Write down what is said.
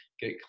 get